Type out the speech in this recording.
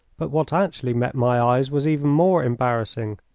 but what actually met my eyes was even more embarrassing.